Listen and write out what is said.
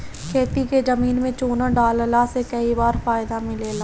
खेती के जमीन में चूना डालला से भी कई बार फायदा मिलेला